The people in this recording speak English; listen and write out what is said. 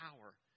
power